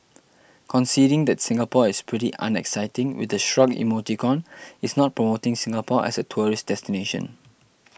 conceding that Singapore is pretty unexciting with a shrug emoticon is not promoting Singapore as a tourist destination